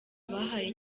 bahaye